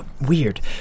Weird